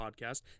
podcast